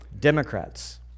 Democrats